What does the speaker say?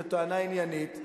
זו טענה עניינית,